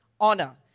Honor